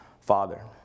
father